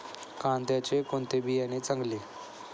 कांद्याचे कोणते बियाणे चांगले?